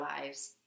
lives